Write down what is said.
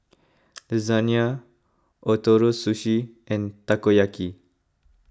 Lasagne Ootoro Sushi and Takoyaki